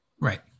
Right